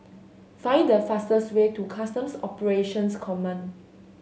find the fastest way to Customs Operations Command